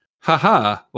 haha